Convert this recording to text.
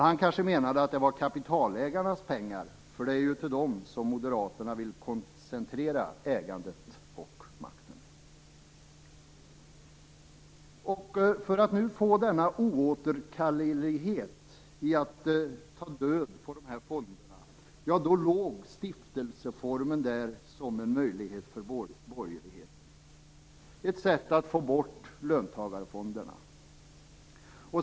Han kanske menade att det var kapitalägarnas pengar, för det är ju till dem som Moderaterna vill koncentrera ägandet och makten. När man ville få denna oåterkallelighet vad gällde att ta död på fonderna låg stiftelseformen där som en möjlighet för borgerligheten. Det var ett sätt att bort löntagarfonderna.